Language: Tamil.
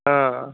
ஆ